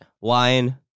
Wine